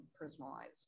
personalized